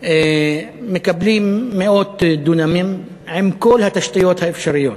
מקבלים מאות דונמים עם כל התשתיות האפשריות.